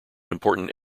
important